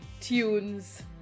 tunes